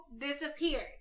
disappeared